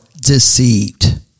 deceived